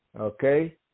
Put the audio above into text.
Okay